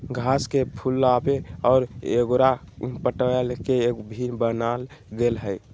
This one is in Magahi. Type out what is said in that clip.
घास के फुलावे और एगोरा पलटय के लिए भी बनाल गेल हइ